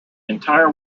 entire